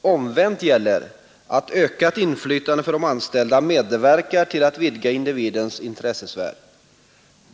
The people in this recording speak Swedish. Omvänt gäller att ökat inflytande för de anställda medverkar till att vidga individens intressesfär.